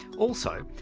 also,